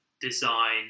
design